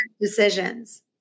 decisions